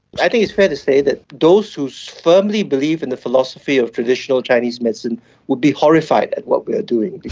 i think it's fair to say that those who so firmly believe in the philosophy of traditional chinese medicine would be horrified at what we are doing.